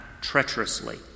treacherously